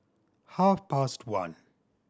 half past one